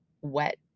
wet